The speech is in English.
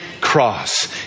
cross